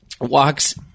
walks